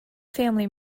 family